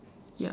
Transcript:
ya